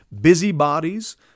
busybodies